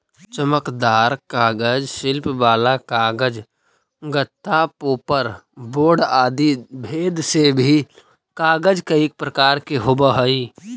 चमकदार कागज, शिल्प वाला कागज, गत्ता, पोपर बोर्ड आदि भेद से भी कागज कईक प्रकार के होवऽ हई